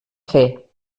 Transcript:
fer